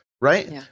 Right